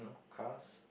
cars